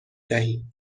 دهیم